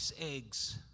eggs